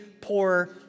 poor